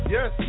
Yes